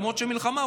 למרות שמלחמה,